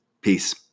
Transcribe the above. Peace